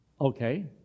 Okay